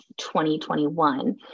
2021